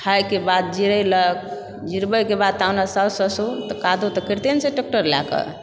खायके बाद जिरेलक जिरबैके बाद ता ओने साउस सासुर कादो तऽ करिते न छै ट्रेक्टर लयकऽ